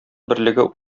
берлеге